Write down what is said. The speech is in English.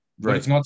right